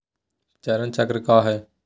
चरण चक्र काया है?